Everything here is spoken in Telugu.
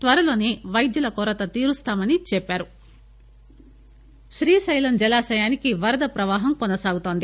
శ్రీశైలం శ్రీశైలం జలాశయానికి వరద ప్రవాహం కొనసాగుతోంది